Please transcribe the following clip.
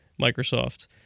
Microsoft